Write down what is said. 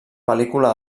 pel·lícula